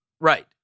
Right